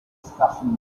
discussion